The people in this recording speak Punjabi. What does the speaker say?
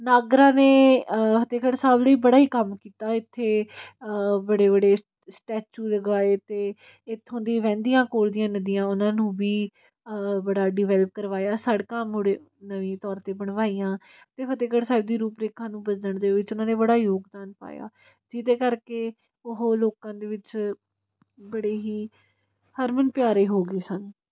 ਨਾਗਰਾ ਨੇ ਫਤਿਹਗੜ੍ਹ ਸਾਹਿਬ ਲਈ ਬੜਾ ਹੀ ਕੰਮ ਕੀਤਾ ਇੱਥੇ ਬੜੇ ਬੜੇ ਸਟੈਚੂ ਲਗਵਾਏ ਅਤੇ ਇੱਥੋਂ ਦੀ ਵਹਿੰਦੀਆਂ ਕੋਲ ਦੀਆਂ ਨਦੀਆਂ ਉਹਨਾਂ ਨੂੰ ਵੀ ਬੜਾ ਡਿਵੈਲਪ ਕਰਵਾਇਆ ਸੜਕਾਂ ਮੁੜੇ ਨਵੀਂ ਤੌਰ 'ਤੇ ਬਣਵਾਈਆਂ ਅਤੇ ਫਤਿਹਗੜ੍ਹ ਸਾਹਿਬ ਦੀ ਰੂਪ ਰੇਖਾ ਨੂੰ ਬਦਲਣ ਦੇ ਵਿੱਚ ਉਹਨਾਂ ਨੇ ਬੜਾ ਯੋਗਦਾਨ ਪਾਇਆ ਜਿਹਦੇ ਕਰਕੇ ਉਹ ਲੋਕਾਂ ਦੇ ਵਿੱਚ ਬੜੇ ਹੀ ਹਰਮਨ ਪਿਆਰੇ ਹੋ ਗਏ ਸਨ